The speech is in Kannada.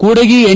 ಕೂಡಗಿ ಎನ್